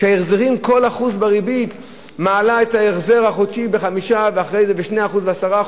כשכל 1% בריבית מעלה את ההחזר החודשי ב-5% ואחרי זה ב-2% ו-10%.